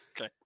okay